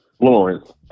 Lawrence